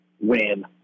win